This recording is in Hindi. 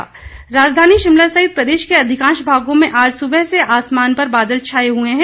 मौसम राजधानी शिमला सहित प्रदेश के अधिकांश भागों में आज सुबह से आसमान पर बादल छाए हुए हैं